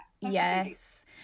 Yes